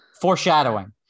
foreshadowing